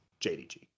JDG